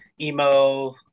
Emo